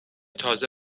تازه